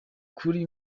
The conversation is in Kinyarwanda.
kuri